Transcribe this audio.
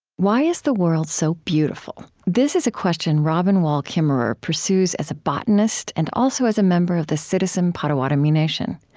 why is the world so beautiful? this is a question robin wall kimmerer pursues as a botanist and also as a member of the citizen potawatomi nation.